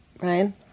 Ryan